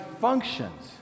functions